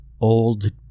Old